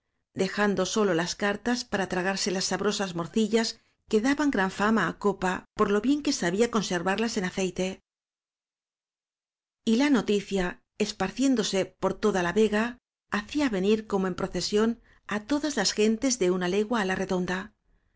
dejando sólo las cartas para tragarse las sabrosas morcillas que daban gran fama á copa por lo bien que sabía con servarlas en aceite y la noticia esparciéndose por toda la vega hacía venir como en procesión á todas las gentes de una legua á la redonda